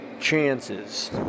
chances